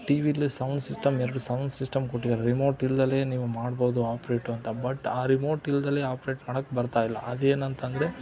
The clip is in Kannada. ಟಿ ವಿಲ್ಲೆ ಸೌಂಡ್ ಸಿಸ್ಟಮ್ ಎರಡು ಸೌಂಡ್ ಸಿಸ್ಟಮ್ ಕೊಟ್ಟಿದಾರೆ ರಿಮೋಟ್ ಇಲ್ದಲೆ ನೀವು ಮಾಡ್ಬೋದು ಆಪ್ರೇಟು ಅಂತ ಬಟ್ ಆ ರಿಮೋಟ್ ಇಲ್ದಲೆ ಆಪ್ರೇಟ್ ಮಾಡಕ್ಕೆ ಬರ್ತಾ ಇಲ್ಲ ಅದೇನಂತಂದರೆ